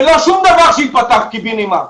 ולא שום דבר שייפתח קיבינימט.